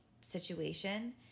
situation